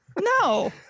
No